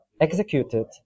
executed